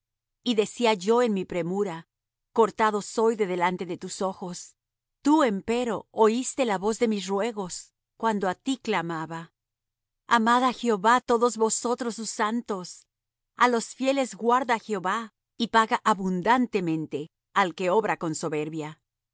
y decía yo en mi premura cortado soy de delante de tus ojos tú empero oíste la voz de mis ruegos cuando á ti clamaba amad á jehová todos vosotros sus santos a los fieles guarda jehová y paga abundantemente al que obra con soberbia